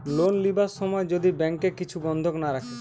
loan লিবার সময় যদি ব্যাংকে কিছু বন্ধক না রাখে